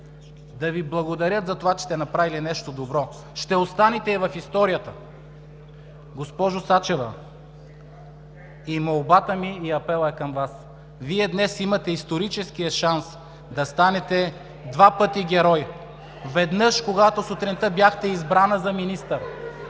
да Ви благодарят за това, че сте направили нещо добро. Ще останете и в историята. Госпожо Сачева, и молбата, и апелът ми е към Вас. Вие днес имате исторически шанс да станете два пъти герой – веднъж, когато сутринта бяхте избрана за министър,